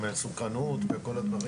מהמסוכנות והכל.